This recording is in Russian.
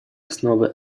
основы